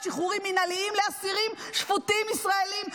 שחרורים מינהליים לאסירים שפוטים ישראלים.